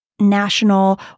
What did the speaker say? national